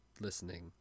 listening